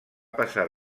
passar